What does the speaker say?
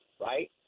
right